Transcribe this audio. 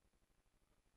הכנסת.